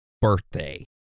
birthday